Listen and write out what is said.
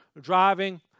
driving